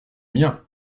miens